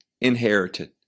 inherited